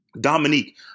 Dominique